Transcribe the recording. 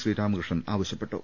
ശ്രീരാമകൃഷ്ണൻ ആവശൃപ്പെട്ടു